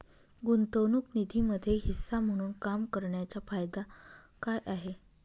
गुंतवणूक निधीमध्ये हिस्सा म्हणून काम करण्याच्या फायदा काय आहे?